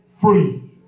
free